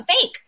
fake